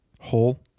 Hole